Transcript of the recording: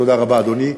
תודה רבה, אדוני.